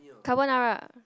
Carbonara